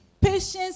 patience